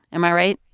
am i right?